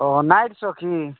ଓ night ସୋ କି